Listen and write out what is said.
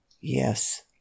Yes